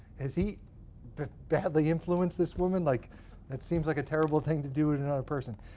has he badly influenced this woman? like that seems like a terrible thing to do to another person.